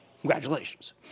Congratulations